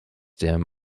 dem